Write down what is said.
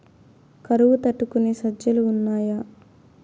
కరువు తట్టుకునే సజ్జలు ఉన్నాయా